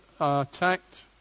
attacked